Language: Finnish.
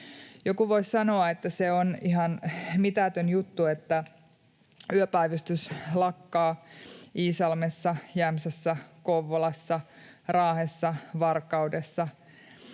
Joku voisi sanoa, että se on ihan mitätön juttu, että yöpäivystys lakkaa Iisalmessa, Jämsässä, Kouvolassa, Raahessa ja Varkaudessa.